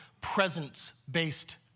presence-based